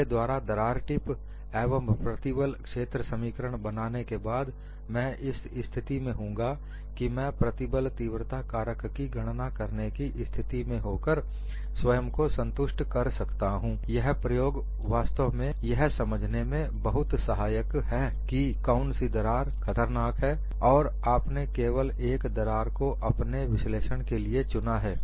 मेरे द्वारा दरार टिप एवं प्रतिबल क्षेत्र समीकरण बनाने के बाद मैं इस स्थिति में हूँगा कि मैं प्रतिबल तीव्रता कारक की गणना करने की स्थिति में होकर स्वयं को संतुष्ट कर सकता हूं यह प्रयोग वास्तव में यह समझने में बहुत सहायक है कि कौन सी दरार खतरनाक है और आपने केवल एक दरार को अपने विश्लेषण के लिए चुना है